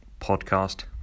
podcast